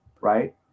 Right